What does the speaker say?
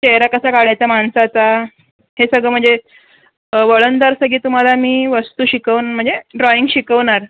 चेहरा कसा काढायचा माणसाचा हे सगळं म्हणजे वळणदार सगळी तुम्हाला मी वस्तू शिकवून म्हणजे ड्रॉइंग शिकवणार